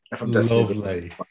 Lovely